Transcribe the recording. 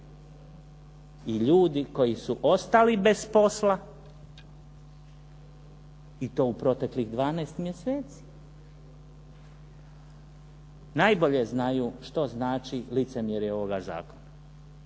I ljudi koji su ostali bez posla i to u proteklih 12 mjeseci najbolje znaju što znači licemjerje ovoga zakona.